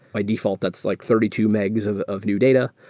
by default that's like thirty two megs of of new data,